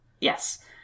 Yes